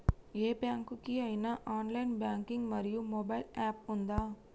ఏ bank కి ఐనా online banking మరియు మొబైల్ యాప్ ఉందా?